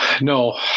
No